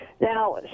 Now